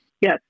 Yes